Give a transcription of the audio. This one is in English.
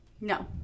no